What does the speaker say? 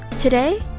Today